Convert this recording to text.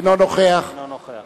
אינו נוכח